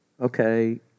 okay